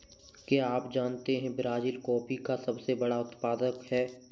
क्या आप जानते है ब्राज़ील कॉफ़ी का सबसे बड़ा उत्पादक है